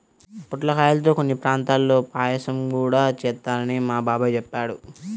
పొట్లకాయల్తో కొన్ని ప్రాంతాల్లో పాయసం గూడా చేత్తారని మా బాబాయ్ చెప్పాడు